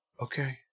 Okay